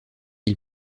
ils